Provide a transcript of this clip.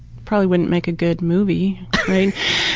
probably wouldn't make a good movie.